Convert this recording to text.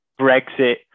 Brexit